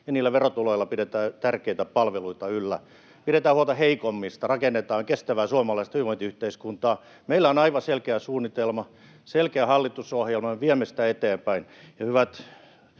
Niillä verotuloilla pidetään tärkeitä palveluita yllä, pidetään huolta heikommista ja rakennetaan kestävää suomalaista hyvinvointiyhteiskuntaa. Meillä on aivan selkeä suunnitelma, selkeä hallitusohjelma, ja me viemme sitä eteenpäin.